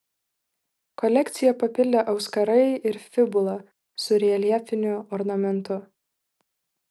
kolekciją papildė auskarai ir fibula su reljefiniu ornamentu